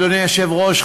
אדוני היושב-ראש,